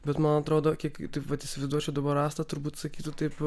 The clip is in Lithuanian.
bet man atrodo kiek taip vat įsivaizduočiau dabar astą turbūt sakytų taip